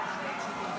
גלית,